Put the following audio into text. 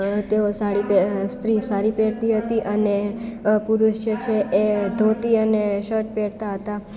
તેઓ સાડી પે સ્ત્રી સાડી પહેરતી હતી અને પુરુષ જે છે એ ધોતી અને શર્ટ પહેરતા હતા